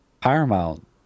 Paramount